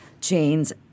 chains